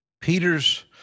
Peter's